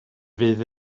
fydd